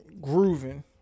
grooving